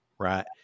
Right